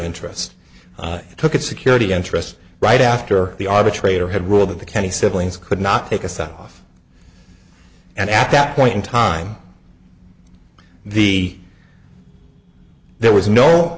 interest it took its security interest right after the arbitrator had ruled that the county siblings could not take a side off and at that point in time the there was no